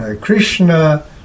Krishna